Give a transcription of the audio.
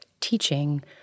teaching